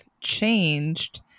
changed